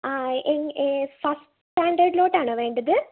അ first സ്റ്റാൻഡേർഡിലോട്ടാണോ വേണ്ടത്